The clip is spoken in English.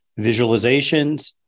visualizations